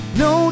no